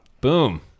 Boom